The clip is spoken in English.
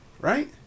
right